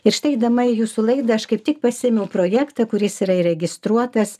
ir štai eidama į jūsų laidą aš kaip tik pasiėmiau projektą kuris yra įregistruotas